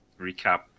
recap